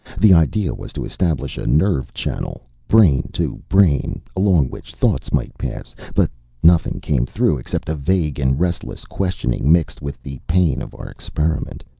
the idea was to establish a nerve channel, brain to brain, along which thoughts might pass. but nothing came through except a vague and restless questioning, mixed with the pain of our experiment.